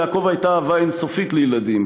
ליעקב הייתה אהבה אין-סופית לילדים,